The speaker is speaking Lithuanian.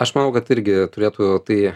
aš manau kad irgi turėtų tai